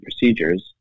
procedures